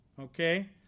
okay